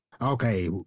okay